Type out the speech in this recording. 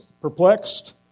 perplexed